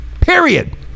Period